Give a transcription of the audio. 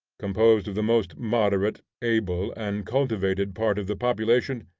composed of the most moderate, able, and cultivated part of the population,